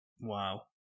Wow